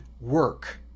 work